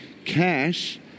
cash